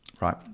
Right